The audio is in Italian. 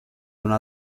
una